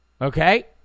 Okay